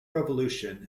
revolution